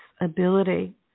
ability